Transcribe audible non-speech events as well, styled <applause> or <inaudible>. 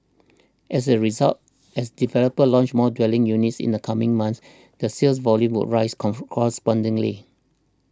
as a result as developers launch more dwelling units in the coming months the sales volume would rise <noise> correspondingly